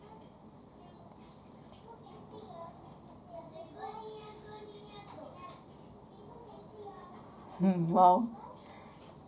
hmm !wow!